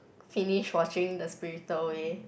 finish watching the spirited-away